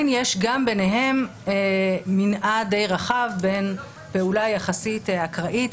יש גם ביניהם מנעד די רחב בהן פעולה יחסית אקראית,